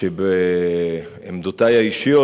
שבעמדותי האישיות,